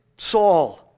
Saul